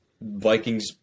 Vikings